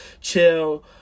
chill